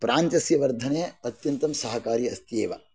प्रान्तस्य वर्धने अत्यन्तं सहकारी अस्ति एव